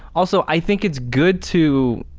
also, i think it's good to